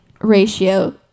ratio